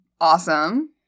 Awesome